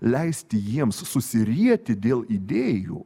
leisti jiems susirieti dėl idėjų